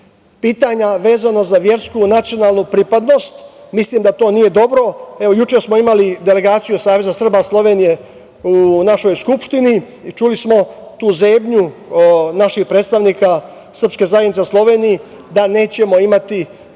pitanja vezano za versku i nacionalnu pripadnost. Mislim da to nije dobro. Juče smo imali delegaciju Saveza Srba Slovenije u našoj skupštini i čuli smo tu zebnju naših predstavnika srpske zajednice u Sloveniji da nećemo imati ta